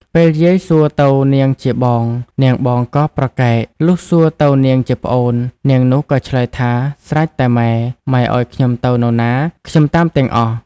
ពេលយាយសួរទៅនាងជាបង នាងបងក៏ប្រកែក លុះសួរទៅនាងជាប្អូន នាងនោះក៏ឆ្លើយថា ស្រេចតែម៉ែ ម៉ែឱ្យខ្ញុំទៅនរណា ខ្ញុំតាមទាំងអស់។